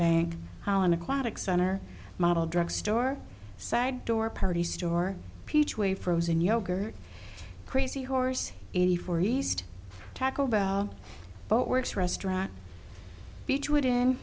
bank how an aquatic center model drugstore side door party store peach way frozen yogurt crazyhorse eighty four east taco bell but works restaurant beechwood in